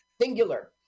Singular